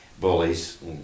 bullies